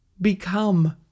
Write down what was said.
Become